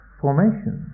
formation